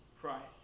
Christ